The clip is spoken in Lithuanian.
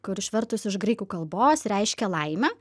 kur išvertus iš graikų kalbos reiškia laimę